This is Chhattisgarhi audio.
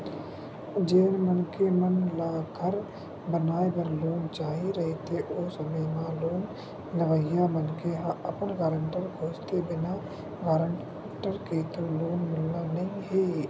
जेन मनखे मन ल घर बनाए बर लोन चाही रहिथे ओ समे म लोन लेवइया मनखे ह अपन गारेंटर खोजथें बिना गारेंटर के तो लोन मिलना नइ हे